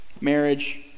marriage